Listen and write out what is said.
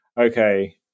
okay